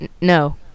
No